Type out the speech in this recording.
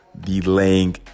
delaying